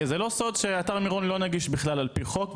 זה לא סוד שאתר מירון לא נגיש בכלל על פי חוק,